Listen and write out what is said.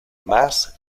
más